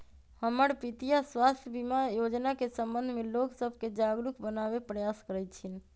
हमर पितीया स्वास्थ्य बीमा जोजना के संबंध में लोग सभके जागरूक बनाबे प्रयास करइ छिन्ह